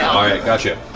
all right, gotcha.